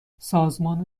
سازمان